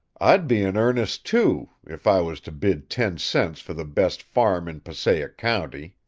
i'd be in earnest, too, if i was to bid ten cents for the best farm in passaic county.